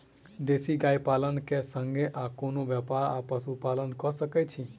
देसी गाय पालन केँ संगे आ कोनों व्यापार वा पशुपालन कऽ सकैत छी?